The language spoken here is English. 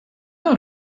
out